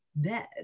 dead